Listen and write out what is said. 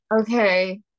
Okay